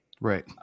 Right